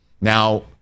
Now